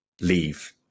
leave